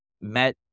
met